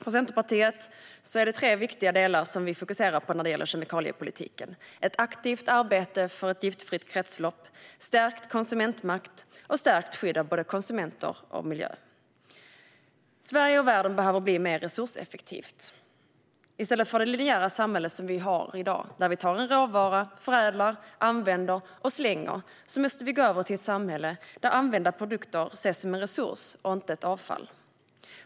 För Centerpartiet är det tre viktiga delar som vi fokuserar på när det gäller kemikaliepolitiken: ett aktivt arbete för ett giftfritt kretslopp, stärkt konsumentmakt och stärkt skydd av både konsumenter och miljö. Sverige och världen behöver bli mer resurseffektiva. I stället för det linjära samhälle som vi har i dag, där vi tar en råvara, förädlar, använder och slänger den, måste vi gå över till ett samhälle där använda produkter ses som en resurs och inte som avfall.